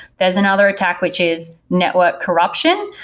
there's another attack, which is network corruption,